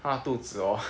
他肚子哦